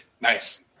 Nice